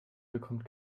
bekommt